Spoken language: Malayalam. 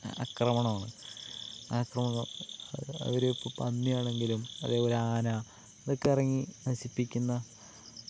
ആക്രമണമാണ് ആക്രമണ അവർ ഇപ്പം പന്നിയാണെങ്കിലും അതുപോലെ ആന അതൊക്കെ ഇറങ്ങി നശിപ്പിക്കുന്ന